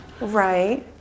Right